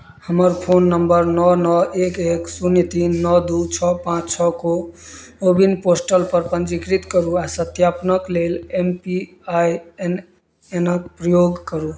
हमर phone number नओ नओ एक एक शून्य तीन नओ दुइ छओ पाँच छओ कोविन पोर्टलपर पञ्जीकृत करू आओर सत्यापनके लेल M P I N N के प्रयोग करू